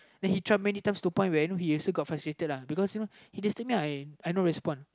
then he tried many times to he got frustrated uh because you know he disturb me I I no respond